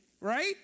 right